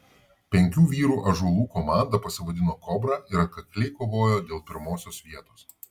penkių vyrų ąžuolų komanda pasivadino kobra ir atkakliai kovojo dėl pirmosios vietos